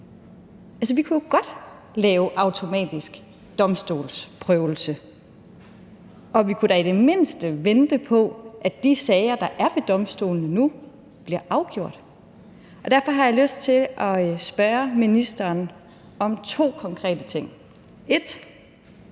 Vi kunne jo godt lave automatisk domstolsprøvelse, og vi kunne da i det mindste vente på, at de sager, der er ved domstolene nu, bliver afgjort. Derfor har jeg lyst til at spørge ministeren om to konkrete ting. For